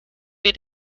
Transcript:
wir